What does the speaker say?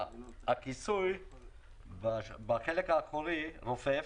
הכיסוי בחלק האחורי רופף.